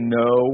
no